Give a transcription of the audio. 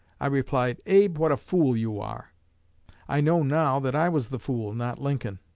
i replied, abe, what a fool you are i know now that i was the fool, not lincoln.